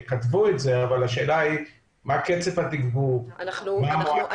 כי הם כתבו את זה אבל השאלה מה קצב התגבור ומה המועדים.